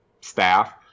staff